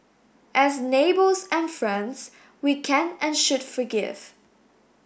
as neighbours and friends we can and should forgive